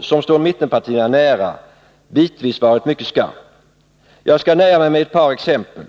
som står mittenpartierna nära bitvis varit mycket skarp. Jag skall nöja mig med ett par exempel.